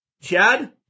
Chad